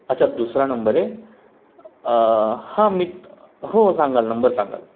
अच्छा दुसरा नंबर आहे हां मी हो सांगाल नंबर सांगाल